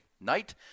night